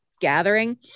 gathering